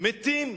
מתים,